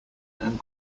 and